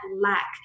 lack